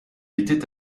était